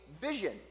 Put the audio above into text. vision